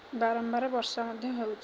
ବାରମ୍ବାର ବର୍ଷା ମଧ୍ୟ ହେଉଛି